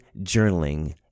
journaling